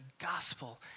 gospel